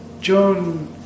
John